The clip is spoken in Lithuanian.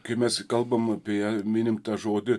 kai mes kalbam apie minim tą žodį